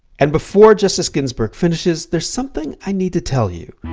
and before justice ginsburg finishes, there's something i need to tell you.